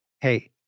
Hey